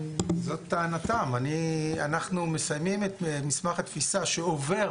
זאת טענתם, אנחנו מסיימים את מסמך התפיסה שעובר